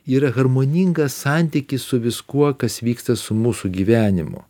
yra harmoningas santykis su viskuo kas vyksta su mūsų gyvenimu